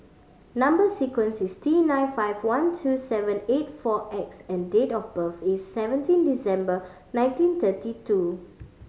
number sequence is T nine five one two seven eight four X and date of birth is seventeen December nineteen thirty two